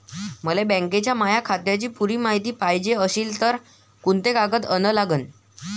मले बँकेच्या माया खात्याची पुरी मायती पायजे अशील तर कुंते कागद अन लागन?